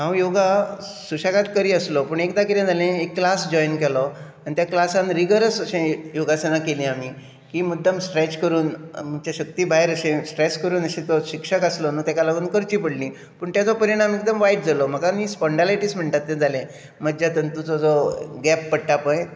आमचे जे कितें आजार बिजार आसतात तें पोवन अशें सगळें मार्गदर्शन घेवंक जाय योग गुरुचे आनी त्या प्रमाणे केल्ल्या ना केल्ल्या कारणान एकदां म्हाका तशें वायट अनुभव येयल्ले आसा पूण आतां हांव म्हजे हिसपा भितरूच योगासनां करता आनी तेका लागून व्हडले त्रास अशें जायना